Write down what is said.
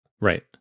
Right